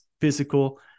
physical